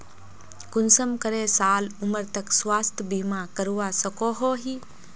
कुंसम करे साल उमर तक स्वास्थ्य बीमा करवा सकोहो ही?